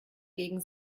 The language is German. gegen